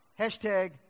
Hashtag